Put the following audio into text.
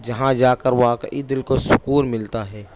جہاں جا کر واقعی دل کو سکون ملتا ہے